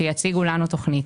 שיציגו לנו תוכנית,